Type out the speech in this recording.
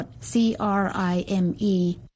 C-R-I-M-E